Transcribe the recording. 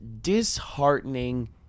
disheartening